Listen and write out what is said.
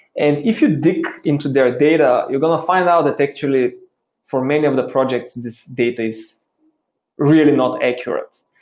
and if you dig into their data, you're going to find out that actually for many of the projects, this data is really not accurate.